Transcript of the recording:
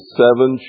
seven